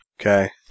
Okay